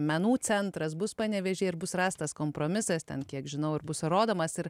menų centras bus panevėžyje ir bus rastas kompromisas ten kiek žinau ir bus rodomas ir